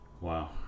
wow